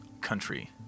country